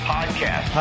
Podcast